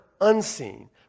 unseen